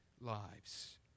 lives